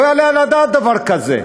לא יעלה על הדעת דבר כזה.